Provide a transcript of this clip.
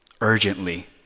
urgently